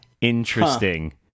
Interesting